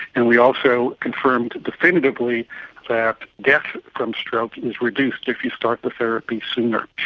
and we also confirmed definitively that death from stroke is reduced if you start the therapy sooner.